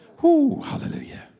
Hallelujah